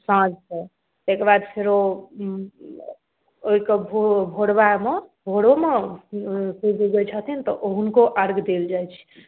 साँझकेँ एहिके बाद फेरो ओहिके भो भोरबामे भोरोमे सूर्य उगै छथिन तऽ हुनको अर्घ्य देल जाइ छै